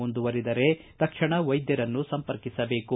ಮುಂದುವರಿದರೆ ತಕ್ಷಣ ವೈದ್ಯರನ್ನು ಸಂರ್ಪಕಿಸಬೇಕು